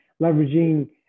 leveraging